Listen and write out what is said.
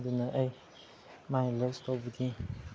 ꯑꯗꯨꯅ ꯑꯩ mind relax ꯇꯧꯕꯗꯤ